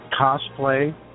Cosplay